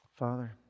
Father